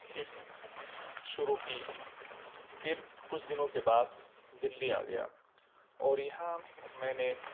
حفظ شروع کی پھر کچھ دنوں کے بعد دلی آ گیا اور یہاں میں نے